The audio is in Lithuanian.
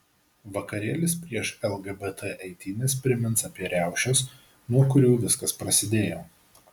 vakarėlis prieš lgbt eitynes primins apie riaušes nuo kurių viskas prasidėjo